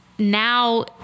Now